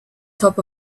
top